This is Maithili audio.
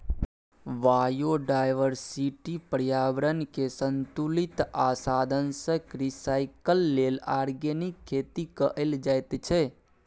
बायोडायवर्सिटी, प्रर्याबरणकेँ संतुलित आ साधंशक रिसाइकल लेल आर्गेनिक खेती कएल जाइत छै